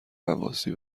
غواصی